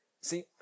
See